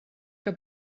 que